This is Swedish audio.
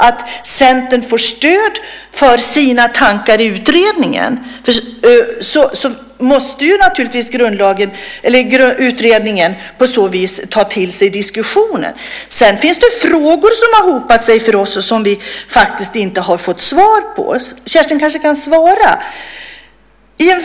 Om Centern får stöd för sina tankar måste Grundlagsutredningen naturligtvis ta till sig diskussionen. Sedan finns det frågor som hopat sig och som vi faktiskt inte fått svar på. Kerstin kanske kan svara på dem.